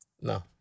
No